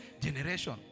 generation